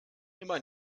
immer